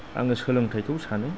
आङो सोलोंथायखौ सानो